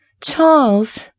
Charles